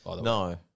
No